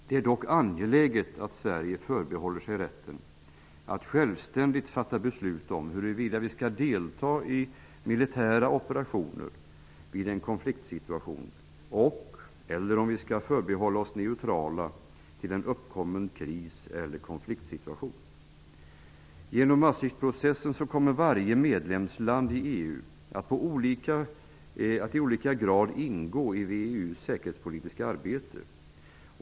Det är dock angeläget att Sverige förbehåller sig rätten att självständigt fatta beslut om huruvida vi skall delta i militära operationer vid en konfliktsituation eller om vi skall förhålla oss neutrala vid en uppkommen kris eller konfliktsituation. Genom Maastrichtprocessen kommer varje medlemsland i EU att i olika grad ingå i VEU:s säkerhetspolitiska arbete.